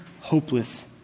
hopeless